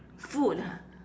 food ha